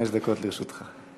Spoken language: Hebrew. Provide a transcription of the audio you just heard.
חמש דקות לרשותך.